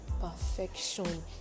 perfection